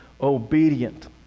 obedient